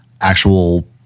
actual